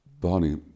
Barney